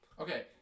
Okay